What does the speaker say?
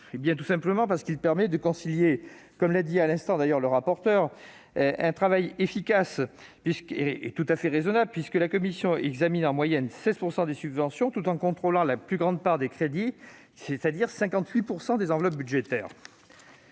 Tout simplement parce qu'il permet de concilier, comme l'a rappelé à l'instant M. le rapporteur, un travail efficace, rapide et raisonnable de la commission qui examine en moyenne 16 % des subventions, tout en contrôlant une grande part des crédits, soit 58 % des enveloppes budgétaires.